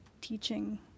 teaching